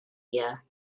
gear